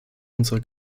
unsere